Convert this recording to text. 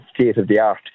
state-of-the-art